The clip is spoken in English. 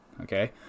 okay